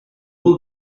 will